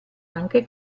anche